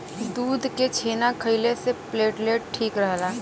दूध के छेना खइले से प्लेटलेट ठीक रहला